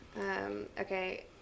okay